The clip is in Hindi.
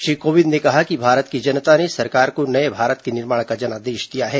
श्री कोविंद ने कहा कि भारत की जनता ने सरकार को नये भारत के निर्माण का जनादेश दिया है